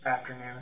Afternoon